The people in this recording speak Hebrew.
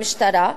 המשטרה,